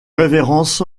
révérence